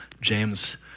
James